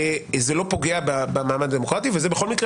זה לא פוגע במעמד הדמוקרטי ואגב זה בכל מקרה